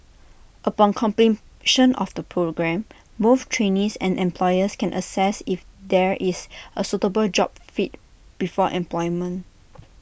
upon completion of the programme both trainees and employers can assess if there is A suitable job fit before employment